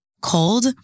cold